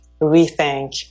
rethink